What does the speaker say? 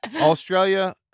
Australia